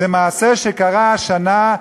זה מעשה שקרה השנה,